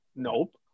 Nope